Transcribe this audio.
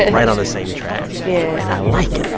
and right on the same track yeah and i like yeah